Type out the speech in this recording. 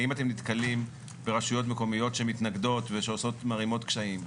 האם אתם נתקלים ברשויות מקומיות שמתנגדות ומערימות קשיים?